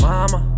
Mama